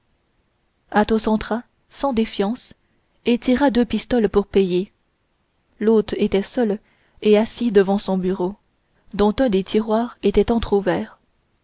entra sans défiance et tira deux pistoles pour payer l'hôte était seul et assis devant son bureau dont un des tiroirs était entrouvert